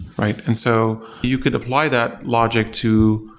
right? and so you could apply that logic to